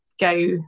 go